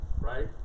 right